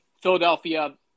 Philadelphia